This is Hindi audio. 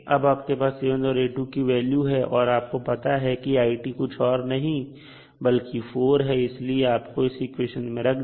अब आपके पास A1 और A2 वैल्यू है और आपको पता है कि i कुछ और नहीं बल्कि 4 है इसलिए आप इसे इस इक्वेशन में रख दें